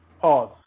Pause